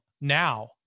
now